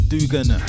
Dugan